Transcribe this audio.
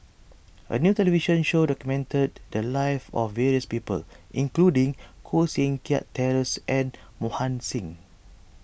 a new television show documented the lives of various people including Koh Seng Kiat Terence and Mohan Singh